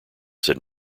said